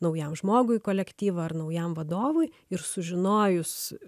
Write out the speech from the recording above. naujam žmogui į kolektyvą ar naujam vadovui ir sužinojus